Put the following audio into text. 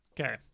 Okay